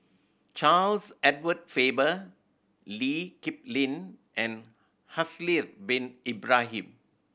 Charles Edward Faber Lee Kip Lin and Haslir Bin Ibrahim